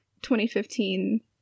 2015